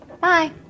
Bye